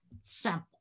simple